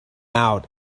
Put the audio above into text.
out